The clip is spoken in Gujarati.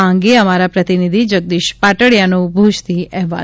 આ અંગે અમારા પ્રતિનિધિ જગદીશ પાટડીયાનો ભૂજથી અહેવાલ